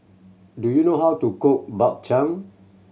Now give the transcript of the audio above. do you know how to cook Bak Chang